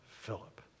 Philip